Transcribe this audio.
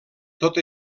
tot